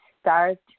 start